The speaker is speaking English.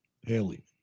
Haley